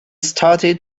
started